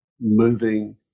moving